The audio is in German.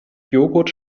jogurt